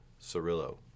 Cirillo